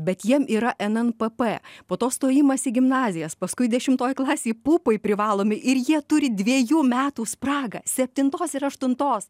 bet jiem yra nnpp po to stojimas į gimnazijas paskui dešimtoj klasėj pupai privalomi ir jie turi dviejų metų spragą septintos ir aštuntos